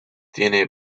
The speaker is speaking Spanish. tiene